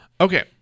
Okay